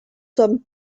sommes